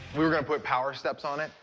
we were going to put power steps on it.